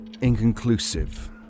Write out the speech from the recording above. inconclusive